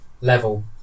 Level